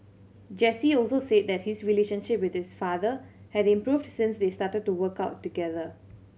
Jesse also said that his relationship with his father had improved since they started to work out together